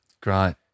Great